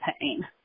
pain